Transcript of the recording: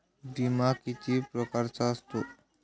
बिमा किती परकारचा असतो?